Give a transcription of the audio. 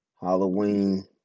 Halloween